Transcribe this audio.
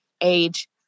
age